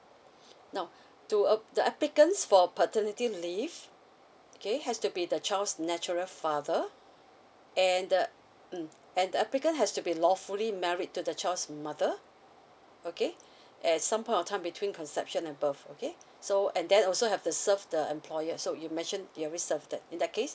now do uh the applicants for paternity leave okay has to be the child's natural father and the mm and the applicant has to be lawfully married to the child's mother okay at some point of time between conception above okay so and then also have to serve the employer so you mentioned you already served that in that case